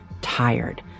tired